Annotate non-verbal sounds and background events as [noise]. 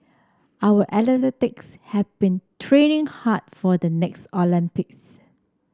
our [unintelligible] have been training hard for the next Olympics